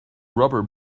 rubber